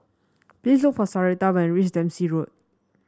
please look for Sarita when you reach Dempsey Road